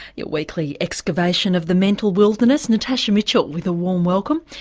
your weekly excavation of the mental wilderness, natasha mitchell with a warm welcome.